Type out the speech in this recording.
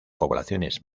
poblaciones